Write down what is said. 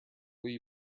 will